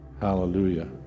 hallelujah